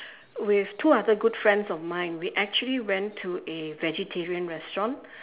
with two other good friends of mine we actually went to a vegetarian restaurant